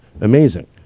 amazing